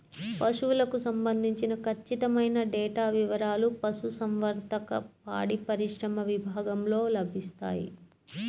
పశువులకు సంబంధించిన ఖచ్చితమైన డేటా వివారాలు పశుసంవర్ధక, పాడిపరిశ్రమ విభాగంలో లభిస్తాయి